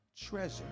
treasure